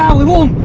um little